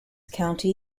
county